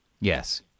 Yes